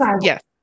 Yes